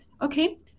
Okay